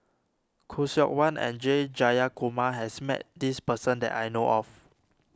Khoo Seok Wan and S Jayakumar has met this person that I know of